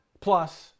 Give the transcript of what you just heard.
plus